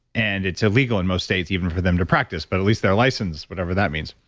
and it's illegal in most states even for them to practice, but at least they're licensed whatever that means.